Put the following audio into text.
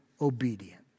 obedient